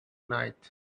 night